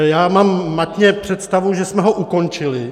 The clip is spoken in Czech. Já mám matně představu, že jsme ho ukončili.